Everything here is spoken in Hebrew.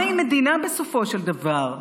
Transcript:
מהי מדינה, בסופו של דבר?